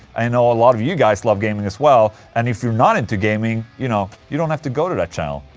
i know a lot of you guys love gaming as well and if you're not into gaming, you know, you don't have to got to that channel,